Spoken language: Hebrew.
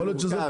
אולי זה פתרון.